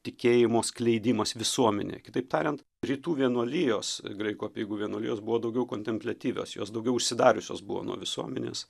tikėjimo skleidimas visuomenėje kitaip tariant rytų vienuolijos graikų apeigų vienuolijos buvo daugiau kontempliatyvios jos daugiau užsidariusios buvo nuo visuomenės